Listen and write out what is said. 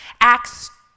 Acts